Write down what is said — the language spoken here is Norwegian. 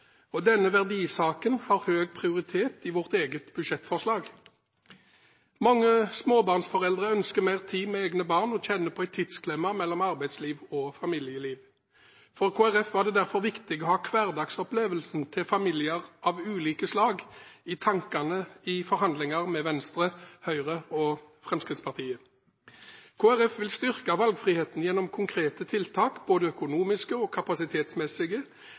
stede. Denne verdisaken har høy prioritet i vårt eget budsjettforslag. Mange småbarnsforeldre ønsker mer tid med egne barn og kjenner på en tidsklemme mellom arbeidsliv og familieliv. For Kristelig Folkeparti var det derfor viktig å ha hverdagsopplevelsen til familier av ulike slag i tankene i forhandlingene med Venstre, Høyre og Fremskrittspartiet. Kristelig Folkeparti vil styrke valgfriheten gjennom konkrete tiltak, både økonomiske og kapasitetsmessige,